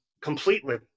completely